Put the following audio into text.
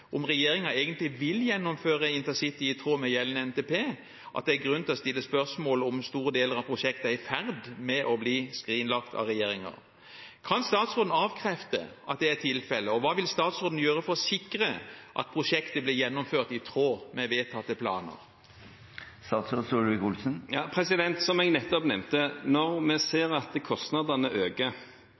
om regjeringen egentlig vil gjennomføre intercity i tråd med gjeldende NTP, at det er grunn til å stille spørsmål om store deler av prosjektet er i ferd med å bli skrinlagt av regjeringen. Kan statsråden avkrefte at det er tilfellet, og hva vil statsråden gjøre for å sikre at prosjektet blir gjennomført i tråd med vedtatte planer? Som jeg nettopp nevnte: Når vi ser at kostnadene øker,